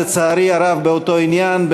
לצערי הרב באותו עניין,